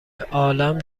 عالم